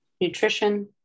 nutrition